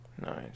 Nice